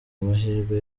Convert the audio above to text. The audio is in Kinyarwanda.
amahirwe